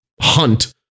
hunt